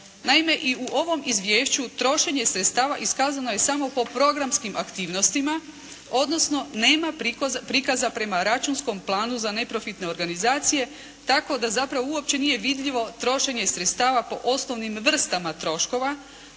Naime, i u ovom izvješću trošenje sredstava iskazano je samo po programskim aktivnostima odnosno nema prikaza prema računskom planu za neprofitne organizacije tako da zapravo uopće nije vidljivo trošenje sredstava po osnovnim vrstama troškova